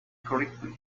correctly